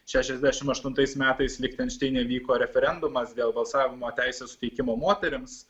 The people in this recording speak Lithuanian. šešiasdešimt aštuntais metais lichtenšteine vyko referendumas dėl balsavimo teisės suteikimo moterims